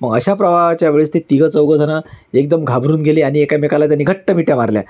मग अशा प्रवाहाच्या वेळेस ते तिघं चौघजणं एकदम घाबरून गेली आणि एकामेकाला त्यांनी घट्ट मिठ्या मारल्या